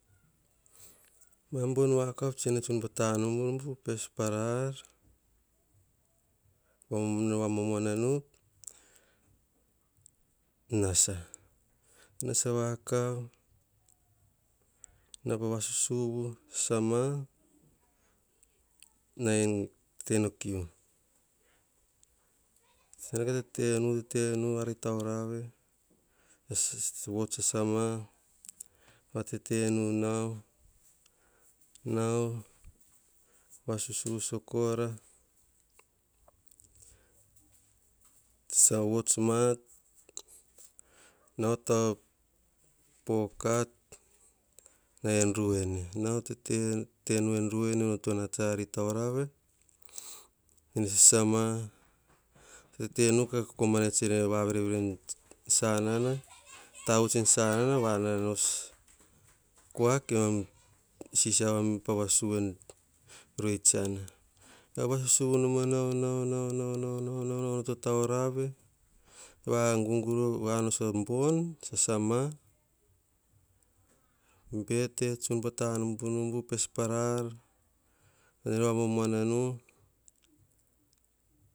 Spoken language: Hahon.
Ma bon vakav tse tsun pa tanumbu numbu. Ar momuana ne va momuana nu, nasa, nasa vakav, nau pa vasusuvu sasama, na en tenekiu. Na ka tetenu, tete nu ari taurave vots sasama, va tete nu nau, nau vasusuvu sa kora, sasa vots ma, nau ta pokat mi en ruwene. Nau tete na en ruwene, onoto na pa ari taurave, ene sasa, tete nu ka kokomana tse nau ka verevere en sanana, tete nu en ruwene, onoto na pa ari taurave, ene sasama, tete nu ka kokomana tse nau ka verevere en sanana, tavuts en sanasa va ananos kua kemam va sisiava pa vasusuvu en rueitsana. Ka vasusuvu nom manau, nau, nau, nau, nau onoto taurave, va gurgur anosa bon, sasama bete, tsun pa tanum bu, numbu, ar momuana.